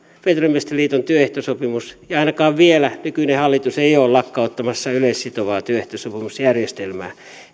veturimiesten liiton työehtosopimus ja ainakaan vielä nykyinen hallitus ei ole lakkauttamassa yleissitovaa työehtosopimusjärjestelmää